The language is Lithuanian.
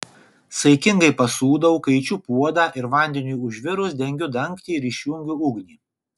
saikingai pasūdau kaičiu puodą ir vandeniui užvirus dengiu dangtį ir išjungiu ugnį